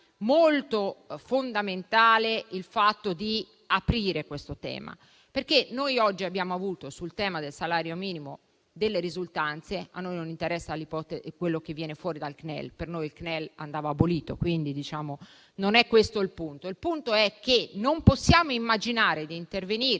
sia fondamentale aprire questo tavolo? Perché oggi abbiamo avuto, sul tema del salario minimo, delle risultanze. A noi non interessa quello che viene fuori dal CNEL, che per noi andava abolito, quindi non è questo il punto. Il punto è che non possiamo immaginare di intervenire